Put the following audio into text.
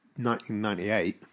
1998